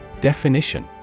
Definition